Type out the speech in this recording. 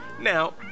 Now